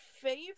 favorite